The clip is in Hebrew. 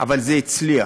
אבל זה הצליח.